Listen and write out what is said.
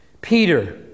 Peter